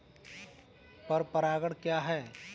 पर परागण क्या है?